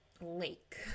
lake